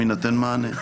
יינתן מענה.